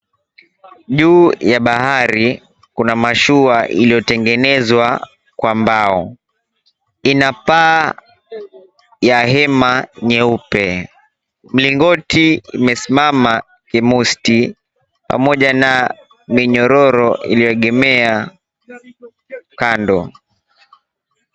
Juu ya bahari kuna mashua iliyotengenezwa kwa mbao. Ina paa ya hema nyeupe mlingoti umesimama vimosti pamoja na minyororo iliyoegemea kando.